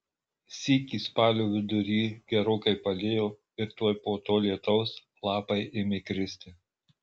sykį spalio vidury gerokai palijo ir tuoj po to lietaus lapai ėmė kristi